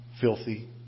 filthy